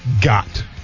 got